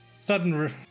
sudden